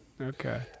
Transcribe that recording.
Okay